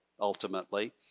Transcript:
ultimately